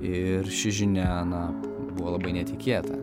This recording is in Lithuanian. ir ši žinia na buvo labai netikėta